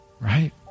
right